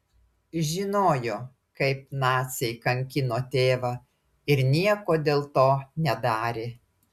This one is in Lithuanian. žinojo kaip naciai kankino tėvą ir nieko dėl to nedarė